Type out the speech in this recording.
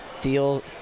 deal